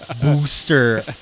booster